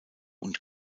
und